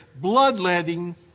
bloodletting